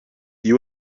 you